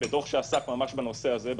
בדוח מבקר המדינה שעסק ממש בנושא הזה,